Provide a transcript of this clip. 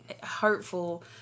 hurtful